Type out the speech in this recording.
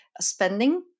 spending